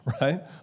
right